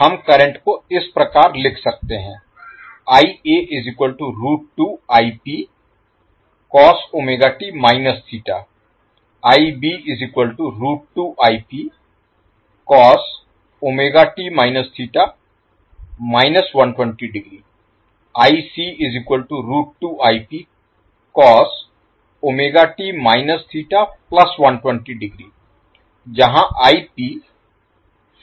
हम करंट को इस प्रकार लिख सकते हैं जहां फेज करंट की आरएमएस वैल्यू है